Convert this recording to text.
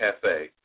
Cafe